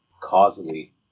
causally